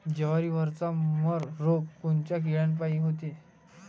जवारीवरचा मर रोग कोनच्या किड्यापायी होते?